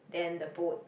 then the boat